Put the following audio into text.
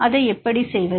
அதை எப்படி செய்வது